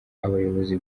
abayobozi